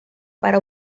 para